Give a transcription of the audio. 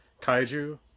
kaiju